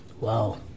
Wow